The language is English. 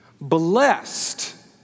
Blessed